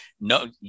no